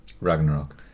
Ragnarok